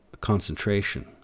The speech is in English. concentration